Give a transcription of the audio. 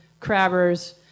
crabbers